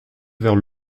vers